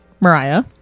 mariah